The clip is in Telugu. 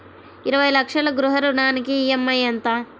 ఇరవై లక్షల గృహ రుణానికి ఈ.ఎం.ఐ ఎంత?